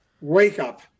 wake-up